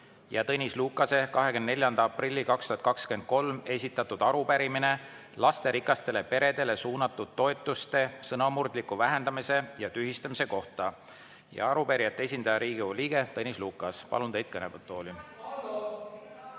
ja Tõnis Lukase 24. aprillil 2023 esitatud arupärimine lasterikastele peredele suunatud toetuste sõnamurdliku vähendamise ja tühistamise kohta. Arupärijate esindaja, Riigikogu liige Tõnis Lukas, palun teid kõnetooli.